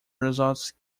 resorts